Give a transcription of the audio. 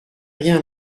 rien